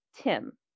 Tim